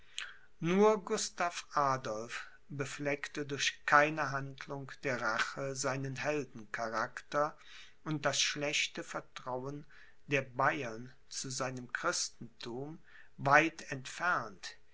nur gustav adolph befleckte durch keine handlung der rache seinen heldencharakter und das schlechte vertrauen der bayern zu seinem christentum weit entfernt